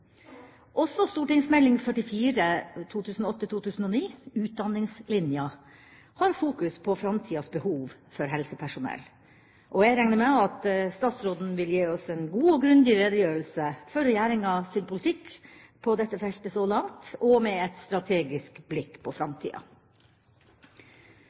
Også St.meld. nr. 44 for 2008–2009, Utdanningslinja, fokuserer på framtidas behov for helsepersonell. Jeg regner med at statsråden vil gi oss en god og grundig redegjørelse for regjeringas politikk på dette feltet så langt, med et strategisk blikk på